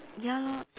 ya lor